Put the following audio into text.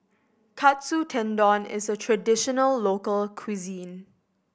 Katsu Tendon is a traditional local cuisine